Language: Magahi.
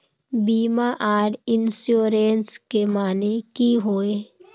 बीमा आर इंश्योरेंस के माने की होय?